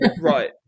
Right